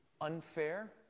unfair